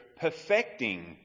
perfecting